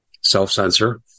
self-censor